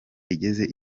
igeze